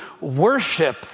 worship